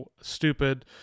stupid